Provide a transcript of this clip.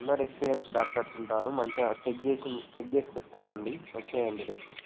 అందరూ experienced doctors ఉంటారు మంచిగా చెక్ చేసి చెక్ చేసి చూస్తారండి వచ్చేయండి రేపు